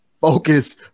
focus